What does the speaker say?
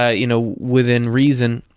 ah you know, within reason,